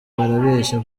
barabeshya